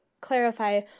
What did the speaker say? clarify